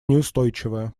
неустойчивая